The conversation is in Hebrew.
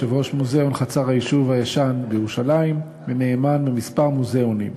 יושב-ראש מוזיאון חצר היישוב הישן בירושלים ונאמן בכמה מוזיאונים.